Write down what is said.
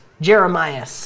Jeremiah